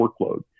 workload